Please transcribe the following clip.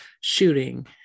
shooting